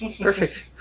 Perfect